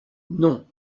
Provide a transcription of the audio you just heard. non